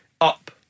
up